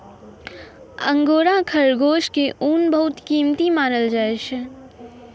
angora खरगोश के ऊन बहुत कीमती मानलो जाय छै